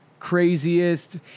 craziest